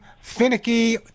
finicky